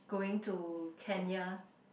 going to Kenya